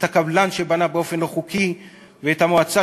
את הקבלן שבנה באופן לא חוקי ואת המועצה